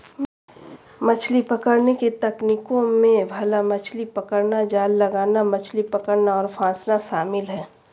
मछली पकड़ने की तकनीकों में भाला मछली पकड़ना, जाल लगाना, मछली पकड़ना और फँसाना शामिल है